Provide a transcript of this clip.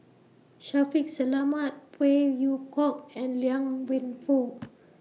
Shaffiq Selamat Phey Yew Kok and Liang Wenfu